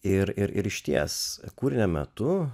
ir ir išties kūrinio metu